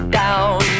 down